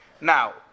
Now